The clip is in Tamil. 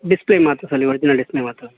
டிஸ்பிளே மாற்ற சொல்லி ஒரிஜினல் டிஸ்பிளே மாற்ற சொல்லி